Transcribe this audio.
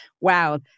wow